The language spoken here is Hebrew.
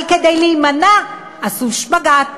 אבל כדי להימנע עשו שפגאט,